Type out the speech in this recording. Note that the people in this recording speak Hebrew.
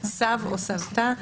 סב או סבתא,